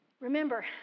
Remember